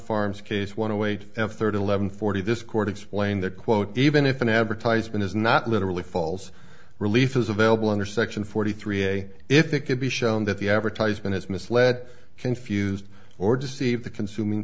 farms case want to wait and third eleven forty this court explained that quote even if an advertisement is not literally falls relief is available under section forty three a day if it can be shown that the advertisement has misled confused or deceived the consuming